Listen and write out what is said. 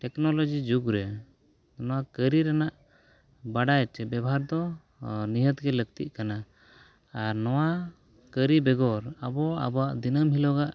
technology ᱡᱩᱜᱽ ᱨᱮ ᱚᱱᱟ ᱠᱟᱹᱨᱤ ᱨᱮᱱᱟᱜ ᱵᱟᱰᱟᱭ ᱪᱮ ᱵᱮᱵᱚᱦᱟᱨ ᱫᱚ ᱱᱤᱦᱟᱹᱛ ᱜᱮ ᱞᱟᱹᱠᱛᱤᱜ ᱠᱟᱱᱟ ᱟᱨ ᱱᱚᱣᱟ ᱠᱟᱹᱨᱤ ᱵᱮᱜᱚᱨ ᱟᱵᱚᱣᱟᱜ ᱟᱵᱚᱣᱟᱜ ᱫᱤᱱᱟᱹᱢ ᱦᱤᱞᱳᱜᱟᱜ